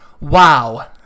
Wow